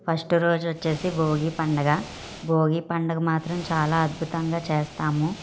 first రోజు వచ్చేసి భోగి పండుగ భోగి పండుగ మాత్రం చాలా అద్భుతంగా చేస్తాము